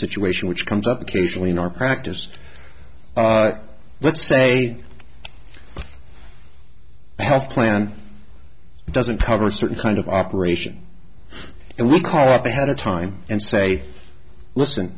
situation which comes up occasionally in our practice let's say a health plan doesn't cover a certain kind of operation and we call up ahead of time and say listen